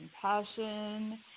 compassion